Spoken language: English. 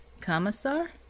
Commissar